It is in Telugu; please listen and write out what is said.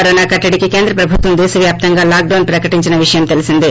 కరోనా కట్టడికి కేంద్ర ప్రభుత్వం దేశ వ్యాప్తంగా లాక్డౌస్ ప్రకటించిన విషయం తెలిసిందే